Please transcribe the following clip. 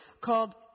called